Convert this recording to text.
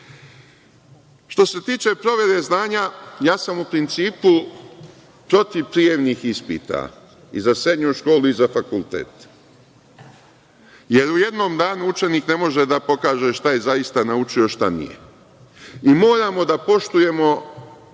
se tiče provere znanja, ja sam u principu protiv prijemnih ispita, i za srednju školu i za fakultet. Jer, u jednom danu učenik ne može da pokaže šta je zaista naučio a šta nije. Moramo da poštujemo